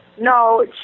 no